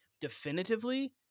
definitively